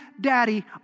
daddy